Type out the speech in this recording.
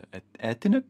et etinė